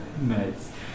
Nice